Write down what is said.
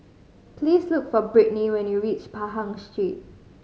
please look for Britny when you reach Pahang Street